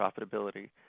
profitability